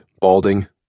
balding